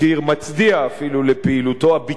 מצדיע אפילו לפעילותו הביטחונית,